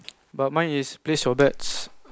but mine is place your bets